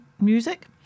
music